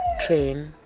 train